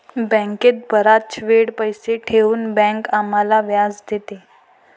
बँकेत बराच वेळ पैसे ठेवून बँक आम्हाला व्याज देते